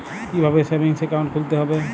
কীভাবে savings account খুলতে হবে?